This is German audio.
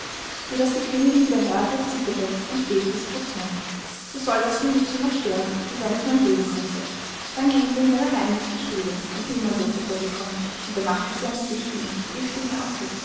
wie das die königin wieder hörte zitterte und bebte sie vor zorn so soll das sneewittchen noch sterben und wenn es mein leben kostet dann ging sie in ihre heimlichste stube und niemand durfte vor sie kommen und da machte sie einen giftigen giftigen apfel